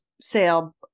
sale